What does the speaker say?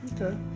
Okay